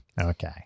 Okay